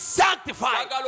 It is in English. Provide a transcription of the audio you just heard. sanctified